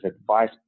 advice